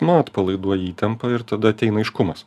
nu atpalaiduoji įtampą ir tada ateina aiškumas